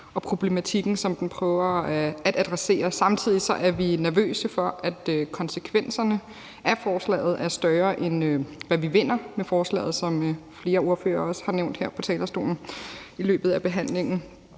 og problematikken, som det prøver at adressere. Samtidig er vi nervøse for, at konsekvenserne af forslaget er større, end hvad vi vinder med forslaget, som flere ordførere også har nævnt her fra talerstolen i løbet af behandlingen.